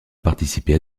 participer